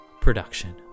production